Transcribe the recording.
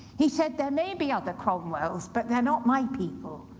he said, there may be other cromwells, but they're not my people,